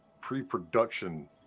pre-production